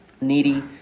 needy